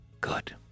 Good